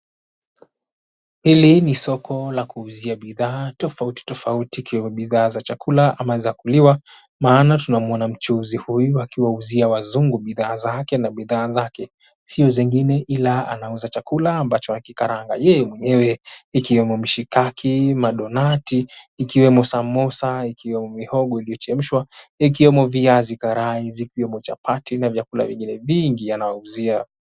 Hili ni soko la kuuzia bidhaa tofauti tofauti ikiwa bidhaa za chakula au za kuliwa, maana tunaona mchuuzi huyu akiwauzia wazungu bidhaa zake na bidhaa zake sio zingine ila anauza chakula ambacho wakikaranga yeye mwenyewe ikiwemo mishikaki, madonati, ikiwemo samosa, ikiwemo mihogo iliyochemshwa, ikiwemo viazi karai, zikiwemo chapati na vyakula vingine vingi anawauzia.